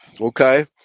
okay